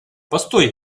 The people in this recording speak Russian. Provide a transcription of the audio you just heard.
постой